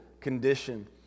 condition